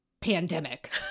pandemic